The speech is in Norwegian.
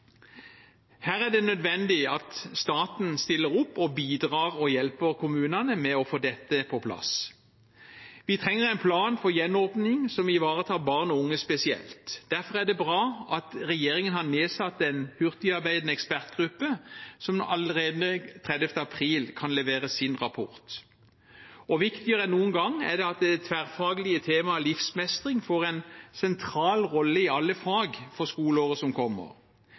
Her er det nødvendig at staten stiller opp og bidrar og hjelper kommunene med å få dette på plass. Vi trenger en plan for gjenåpning som ivaretar barn og unge spesielt. Derfor er det bra at regjeringen har nedsatt en hurtigarbeidende ekspertgruppe som allerede 30. april kan levere sin rapport. Viktigere enn noen gang er det at det tverrfaglige temaet livsmestring får en sentral rolle i alle fag i skoleåret som kommer.